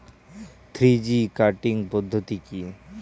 Three G cutting পদ্ধতি কি?